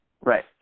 right